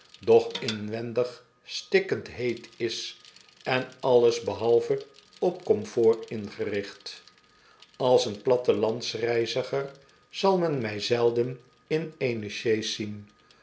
doch inwendig stikkend heet is en alles behalve op comfort ingericht als een plattelandsreiziger zal men mij zelden in eene sjees zien